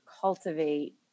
cultivate